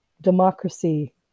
democracy